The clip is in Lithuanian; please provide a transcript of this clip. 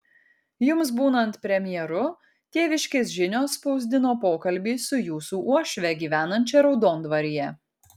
jums būnant premjeru tėviškės žinios spausdino pokalbį su jūsų uošve gyvenančia raudondvaryje